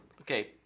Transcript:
okay